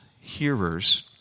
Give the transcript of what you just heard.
hearers